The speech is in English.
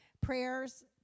prayers